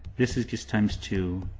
this is gis times two,